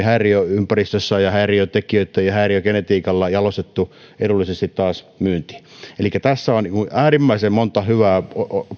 häiriöympäristössä ja häiriötekijöillä ja häiriögenetiikalla jalostettu edullisesti myyntiin elikkä tässä on äärimmäisen monta hyvää